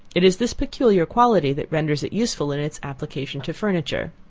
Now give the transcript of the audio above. it is this peculiar quality that renders it useful in its application to furniture.